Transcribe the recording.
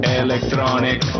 electronic